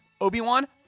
Obi-Wan